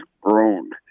groaned